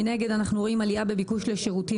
מנגד אנחנו רואים עלייה בביקוש לשירותים